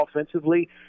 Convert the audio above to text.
offensively